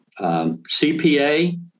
CPA